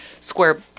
square